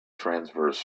transverse